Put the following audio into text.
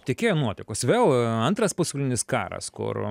tekėjo nuotekos vėl antras pasaulinis karas kur